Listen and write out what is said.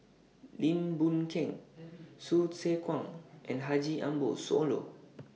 Lim Boon Keng Hsu Tse Kwang and Haji Ambo Sooloh